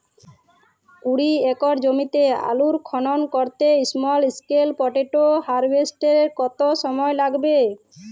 কুড়ি একর জমিতে আলুর খনন করতে স্মল স্কেল পটেটো হারভেস্টারের কত সময় লাগবে?